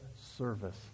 service